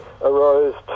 arose